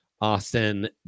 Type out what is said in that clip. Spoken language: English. Austin